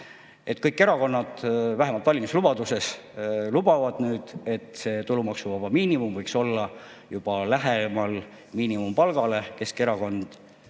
Kõik erakonnad vähemalt valimislubaduses lubavad nüüd, et tulumaksuvaba miinimum võiks olla juba miinimumpalga lähedal. Keskerakond